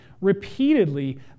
repeatedly